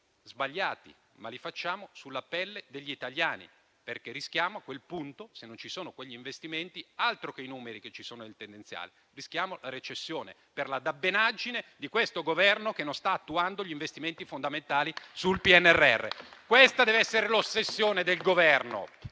sbagliati sulla pelle degli italiani, perché a quel punto, se non ci sono quegli investimenti, altro che i numeri che ci sono sul tendenziale, rischiamo la recessione per la dabbenaggine di questo Governo che non sta attuando gli investimenti fondamentali sul PNRR. Questa dev'essere l'ossessione del Governo,